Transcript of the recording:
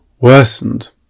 worsened